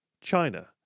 China